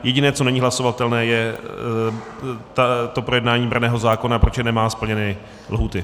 Jediné, co není hlasovatelné, je projednání branného zákona, protože nemá splněny lhůty.